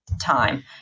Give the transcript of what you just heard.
time